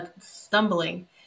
stumbling